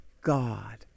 God